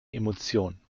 emotion